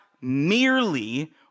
merely